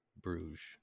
Bruges